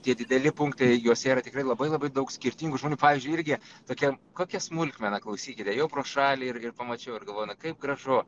tie dideli punktai juose yra tikrai labai labai daug skirtingų žmonių pavyzdžiui irgi tokia kokia smulkmena klausykite ėjau pro šalį ir ir pamačiau ir galvoju na kaip gražu